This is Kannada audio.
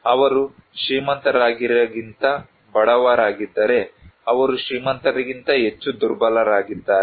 ಅವರು ಶ್ರೀಮಂತರಿಗಿಂತ ಬಡವರಾಗಿದ್ದರೆ ಅವರು ಶ್ರೀಮಂತರಿಗಿಂತ ಹೆಚ್ಚು ದುರ್ಬಲರಾಗಿದ್ದಾರೆ